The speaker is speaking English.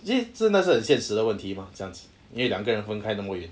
因为真的是很现实的问题嘛这样子因为两个人分开那么远